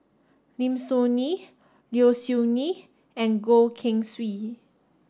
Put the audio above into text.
Lim Soo Ngee Low Siew Nghee and Goh Keng Swee